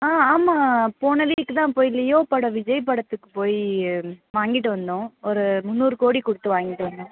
ஆ ஆமாம் போன வீக்கு தான் போய் லியோ பட விஜய் படத்துக்கு போய் வாங்கிகிட்டு வந்தோம் ஒரு முந்நூறு கோடி கொடுத்து வாங்கிகிட்டு வந்தோம்